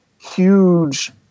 huge